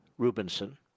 Rubinson